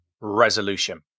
resolution